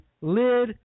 lid